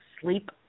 sleep